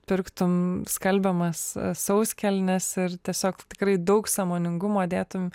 pirktum skalbiamas sauskelnes ir tiesiog tikrai daug sąmoningumo dėtum